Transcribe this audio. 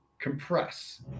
compress